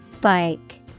Bike